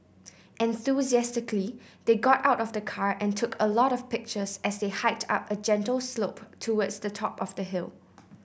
enthusiastically they got out of the car and took a lot of pictures as they hiked up a gentle slope towards the top of the hill